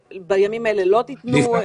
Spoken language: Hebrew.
ובימים האלה לא תיתנו דוחות.